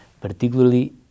particularly